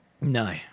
No